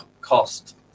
cost